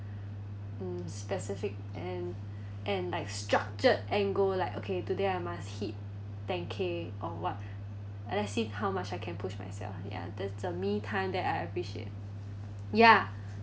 um specific and and like structured angle like okay today I must hit ten K or what and I see how much I can push myself ya that's the me time that I appreciate ya